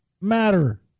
matter